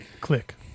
Click